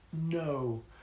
no